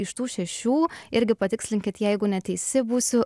iš tų šešių irgi patikslinkit jeigu neteisi būsiu